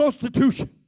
constitution